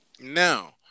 Now